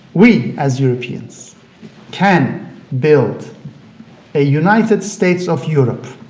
we, as europeans can build a united states of europe.